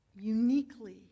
Uniquely